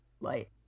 light